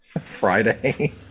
Friday